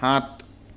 সাত